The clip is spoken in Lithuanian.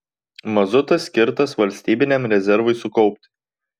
mazutas skirtas valstybiniam rezervui sukaupti